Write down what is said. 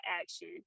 action